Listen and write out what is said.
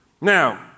Now